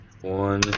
One